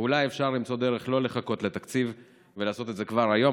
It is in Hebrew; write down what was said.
ואולי אפשר למצוא דרך לא לחכות לתקציב ולעשות את זה כבר היום.